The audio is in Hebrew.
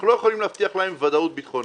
אנחנו לא יכולים להבטיח להם ודאות ביטחונית.